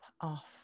off